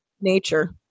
nature